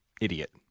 Idiot